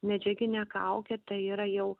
medžiaginę kaukę tai yra jau